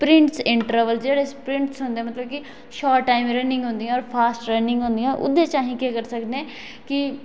sprint होंदे मतलब कि शाॅंट टाइम रन्निंग होंदियां और फास्ट रन्निंग होंदियां ओहदे च अस केह् करी सकने कि